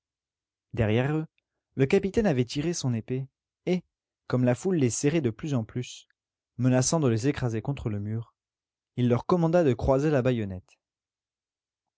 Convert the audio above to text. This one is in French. derrière eux le capitaine avait tiré son épée et comme la foule les serrait de plus en plus menaçant de les écraser contre le mur il leur commanda de croiser la baïonnette